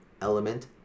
element